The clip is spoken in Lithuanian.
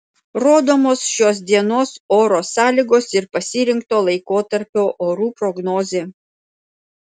rodomos šios dienos oro sąlygos ir pasirinkto laikotarpio orų prognozė